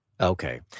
Okay